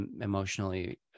emotionally